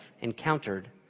encountered